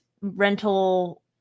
rental